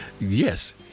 yes